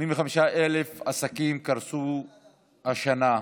85,000 עסקים קרסו השנה,